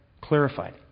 clarified